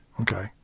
Okay